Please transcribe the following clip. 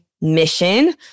mission